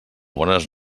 bones